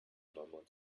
neumond